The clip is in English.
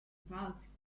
parks